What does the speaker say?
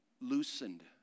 loosened